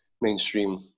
mainstream